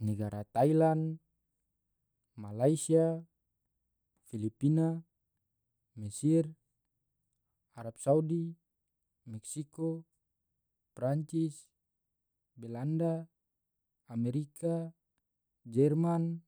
negara thailand. malaysia. filipina. mesir. arab saudi. mexiko. prancis. belanda. amerika. jerman.